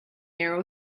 narrow